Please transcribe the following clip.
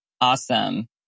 Awesome